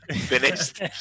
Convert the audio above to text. Finished